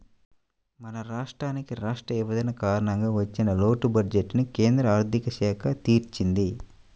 మన రాష్ట్రానికి రాష్ట్ర విభజన కారణంగా వచ్చిన లోటు బడ్జెట్టుని కేంద్ర ఆర్ధిక శాఖ తీర్చింది